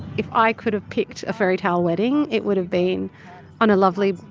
if i could have picked a fairy-tale wedding, it would have been on a lovely,